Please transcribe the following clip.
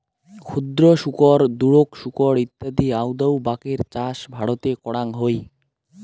ক্ষুদ্র শুকর, দুরোক শুকর ইত্যাদি আউদাউ বাকের চাষ ভারতে করাং হই